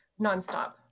nonstop